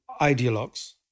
ideologues